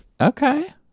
Okay